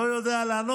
לא יודע לענות.